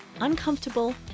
uncomfortable